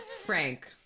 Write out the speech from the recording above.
Frank